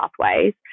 pathways